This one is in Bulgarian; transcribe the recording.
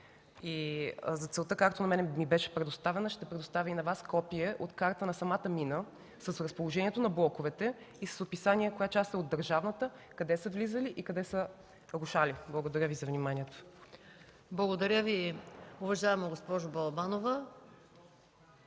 За целта както на мен ми беше предоставена, ще предоставя и на Вас копие карта на самата мина с разположението на блоковете и с описание коя част е от държавната, къде са влизали и къде са рушали. Благодаря Ви за вниманието. ПРЕДСЕДАТЕЛ МАЯ МАНОЛОВА: Благодаря Ви, уважаема госпожо Балабанова.